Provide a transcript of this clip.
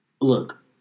look